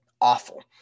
awful